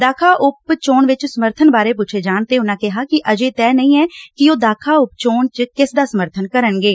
ਦਾਖ਼ਾ ਉਪ ਚੋਣ ਵਿਚ ਸਮਰਬਨ ਬਾਰੇ ਪੁੱਛੇ ਜਾਣ ਤੇ ਉਨ਼ਾਂ ਕਿਹਾ ਕਿ ਅਜੇ ਤੈਅ ਨਹੀਂ ਕਿ ਉਹ ਦਾਖ਼ਾ ਉਪ ਚੋਣ ਚ ਕਿਸ ਦਾ ਸਮਰਥਨ ਕਰਨਗੇ